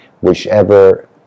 whichever